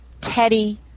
Teddy